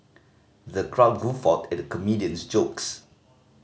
the crowd guffawed at the comedian's jokes